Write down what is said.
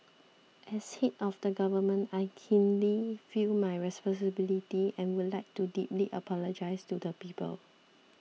as head of the government I keenly feel my responsibility and would like to deeply apologise to the people